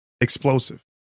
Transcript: explosive